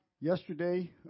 Yesterday